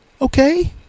Okay